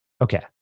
Okay